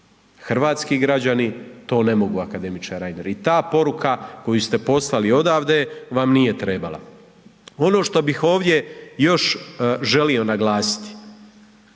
hrvatski građani to ne mogu akademiče Reiner i ta poruka koju ste poslali odavde vam nije trebala. Ono što bih ovdje još želio naglasiti,